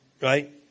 right